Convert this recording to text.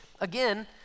again